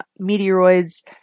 meteoroids